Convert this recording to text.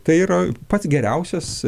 tai yra pats geriausias